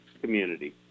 community